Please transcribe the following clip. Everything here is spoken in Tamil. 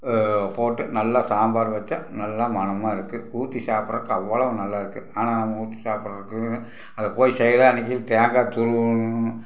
போட்டு நல்லா சாம்பார் வைச்சா நல்லா மனமாக இருக்கும் ஊற்றி சாப்பிட்றக்கு அவ்வளோ நல்லா இருக்கும் ஆனால் நம்ம ஊற்றி சாப்பிட்றக்கு அதை போய் செய்கிற அன்றைக்கி தேங்காய் துருவணும்